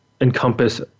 encompass